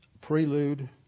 prelude